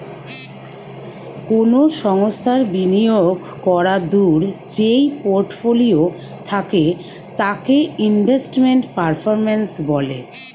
কোনো সংস্থার বিনিয়োগ করাদূঢ় যেই পোর্টফোলিও থাকে তাকে ইনভেস্টমেন্ট পারফরম্যান্স বলে